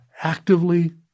actively